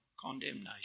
condemnation